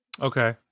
Okay